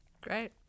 Great